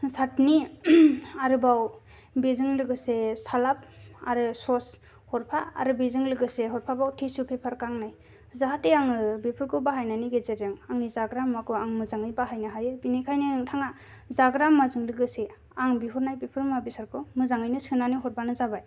चाटनि आरोबाव बेजों लोगोसे सालाड आरो स'स हरफा आरो बेजों लोगोसे हरफाबाव टिसु पेपार गांनै जाहाथे आङो बेफोरखौ बाहायनायनि गेजेरजों आंनि जाग्रा मुवाखौ आं मोजाङै बाहायनो हायो बिनिखायनो नोंथाङा जाग्रा मुवाजों लोगोसे आं बिहरनाय बेफोर मुवा बेसादखौ मोजाङैनो सोनानै हरब्लानो जाबाय